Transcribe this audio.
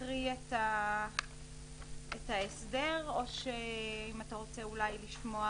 את ההסדר, או אם אתה רוצה לשמוע